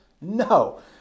No